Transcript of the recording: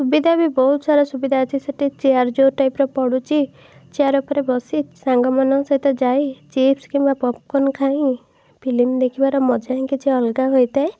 ସୁବିଧା ବି ବହୁତସାରା ସୁବିଧା ଅଛି ସେଇଠି ଚେୟାର ଯେଉଁ ଟାଇପ୍ର ପଡ଼ୁଛି ଚେୟାର ଉପରେ ବସି ସାଙ୍ଗମାନଙ୍କ ସହିତ ଯାଇ ଚିପ୍ସ କିମ୍ବା ପପ୍କର୍ନ୍ ଖାଇ ଫିଲିମ୍ ଦେଖିବାର ମଜା ହିଁ କିଛି ଅଲଗା ହୋଇଥାଏ